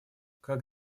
как